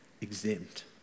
exempt